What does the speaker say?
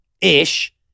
ish